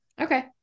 Okay